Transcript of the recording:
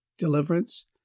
Deliverance